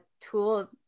tool